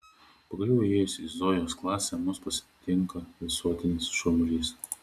pagaliau įėjus į zojos klasę mus pasitinka visuotinis šurmulys